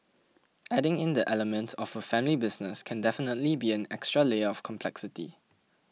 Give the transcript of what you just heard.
adding in the element of a family business can definitely be an extra layer of complexity